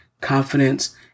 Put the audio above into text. confidence